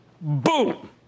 Boom